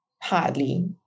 Hardly